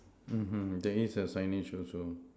mmhmm there is a signage also